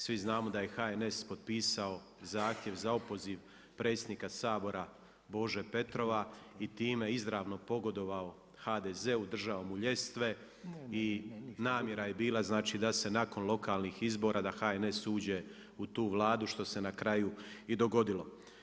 Svi znamo da je HNS potpisao zahtjev za opoziv predsjednika Sabora Bože Petrova i time izravno pogodovao HDZ-u, držao mu ljestve i namjera je bila da se nakon lokalnih izbora da HNS uđe u tu Vladu što se na kraju i dogodilo.